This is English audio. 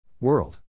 World